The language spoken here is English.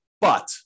But-